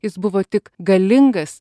jis buvo tik galingas